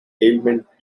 ailment